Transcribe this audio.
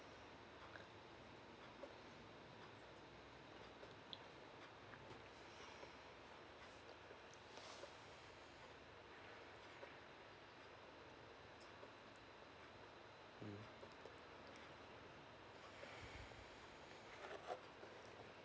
mm